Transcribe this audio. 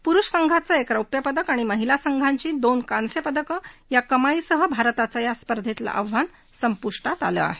पुरुष संघाचं एक रौप्यपदक आणि महिला संघाची दोन कांस्यपदकं या कमाईसह भारताचं या स्पर्धेतलं आव्हान संपुष्टात आलं आहे